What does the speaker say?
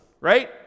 right